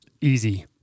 easy